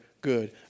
good